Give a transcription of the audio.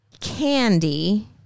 candy